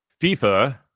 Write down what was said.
FIFA